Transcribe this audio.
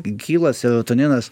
kyla serotoninas